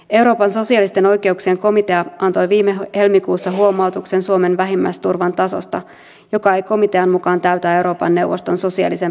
euroopan sosiaalisten oikeuksien komitea antoi viime helmikuussa huomautuksen suomen vähimmäisturvan tasosta joka ei komitean mukaan täytä euroopan neuvoston sosiaalisen peruskirjan vaatimuksia